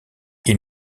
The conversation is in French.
ils